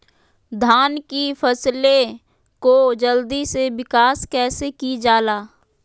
धान की फसलें को जल्दी से विकास कैसी कि जाला?